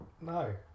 no